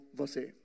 você